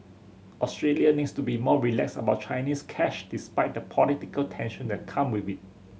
Australia needs to be more relaxed about Chinese cash despite the political tension that come with it